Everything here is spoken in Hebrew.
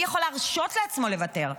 מי יכול להרשות לעצמו לוותר?